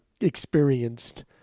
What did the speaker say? experienced